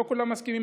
לא כולם מסכימים,